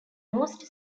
most